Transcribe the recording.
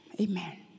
Amen